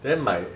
then my